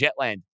Jetland